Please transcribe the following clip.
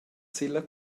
silla